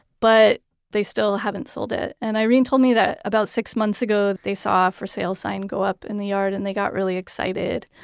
but they still haven't sold it and irene told me that about six months ago that they saw for sale sign go up in the yard and they got really excited.